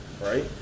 right